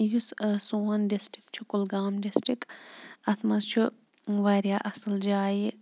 یُس سون ڈِسٹِرٛک چھُ کُلگام ڈِسٹِرٛک اَتھ منٛز چھُ واریاہ اَصٕل جایہِ